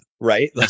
right